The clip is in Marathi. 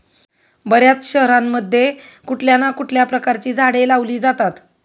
बर्याच शहरांमध्ये कुठल्या ना कुठल्या प्रकारची झाडे लावली जातात